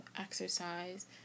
exercise